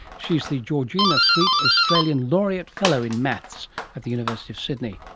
she's the georgina sweet australian laureate fellow in maths at the university of sydney.